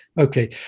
Okay